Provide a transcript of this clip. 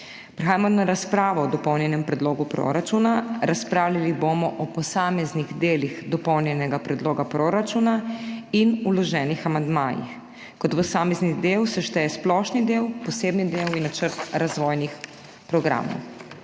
Prehajamo na razpravo o Dopolnjenem predlogu proračuna. Razpravljali bomo o posameznih delih dopolnjenega predloga proračuna in vloženih amandmajih. Kot posamezni deli se štejejo splošni del, posebni del in načrt razvojnih programov.